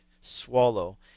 swallow